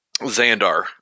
Xandar